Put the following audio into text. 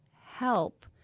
help